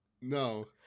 No